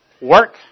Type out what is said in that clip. work